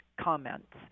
comments